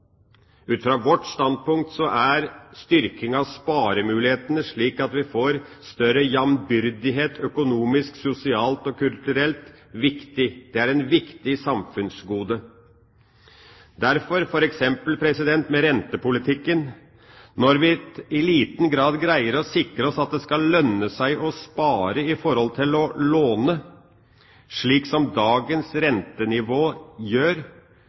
Ut fra vårt standpunkt er styrking av sparemulighetene slik at vi får større jambyrdighet økonomisk, sosialt og kulturelt, viktig – det er et viktig samfunnsgode. Derfor, f.eks. med hensyn til rentepolitikken, når vi i liten grad greier å sikre oss at det skal lønne seg å spare i forhold til å låne, slik som situasjonen er med dagens rentenivå,